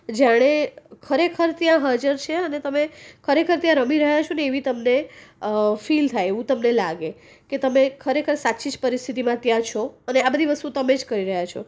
જાણે ખરેખર ત્યાં હાજર છે અને તમે ખરેખર તમે ત્યાં રમી રહ્યા છો ને એવી તમને ફીલ થાય એવું તમને લાગે કે ખરેખર તમે સાચી પરિસ્થિતિમાં તમે ત્યાં છો અને આ બધી વસ્તુઓ તમે જ કરી રહ્યા છો